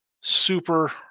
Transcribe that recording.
super